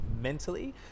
mentally